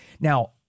Now